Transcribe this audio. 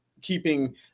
keeping